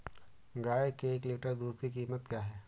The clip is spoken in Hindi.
गाय के एक लीटर दूध की कीमत क्या है?